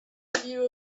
review